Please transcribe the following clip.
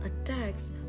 attacks